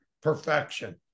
perfection